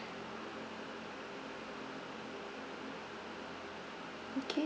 okay